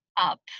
Up